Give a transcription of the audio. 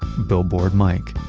billboard mike.